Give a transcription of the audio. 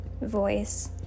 voice